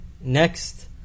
next